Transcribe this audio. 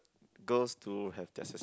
girls do have their